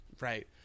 right